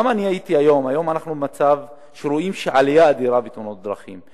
אנחנו היום במצב שרואים עלייה אדירה בתאונות הדרכים.